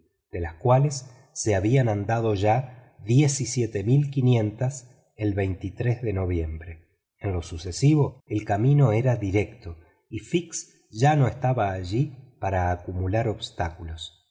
de las cuales se habían andado ya diecisiete mil quinientas el de noviembre en lo sucesivo el camino era directo y fix ya no estaba allí para acumular obstáculos